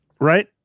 Right